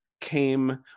came